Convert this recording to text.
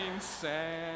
sand